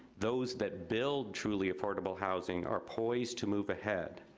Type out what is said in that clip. those that build truly affordable housing are poised to move ahead,